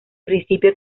principio